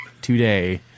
today